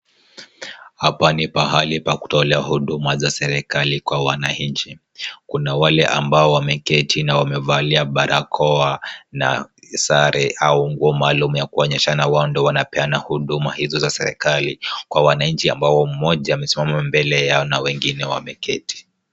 Hapa ni pahali pa kutolea huduma za serikali kwa wananchi. Kuna wale ambao wameketi na wamevalia barakoa na sare au nguo maalum ya kuonyeshana wao ndio wanapeana huduma hizo za serikali kwa wananchi ambao mmoja amesimama mbele yao na wengine wameketi.